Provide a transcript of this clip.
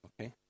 Okay